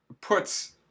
puts